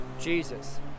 Jesus